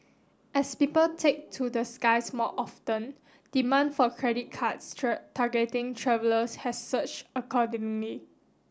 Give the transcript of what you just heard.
as people take to the skies more often demand for credit cards targeting travellers has surged accordingly